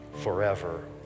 forever